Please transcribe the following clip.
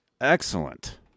excellent